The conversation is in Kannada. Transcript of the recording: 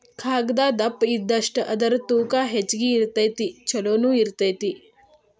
ಕಾಗದಾ ದಪ್ಪ ಇದ್ದಷ್ಟ ಅದರ ತೂಕಾ ಹೆಚಗಿ ಇರತತಿ ಚುಲೊನು ಇರತತಿ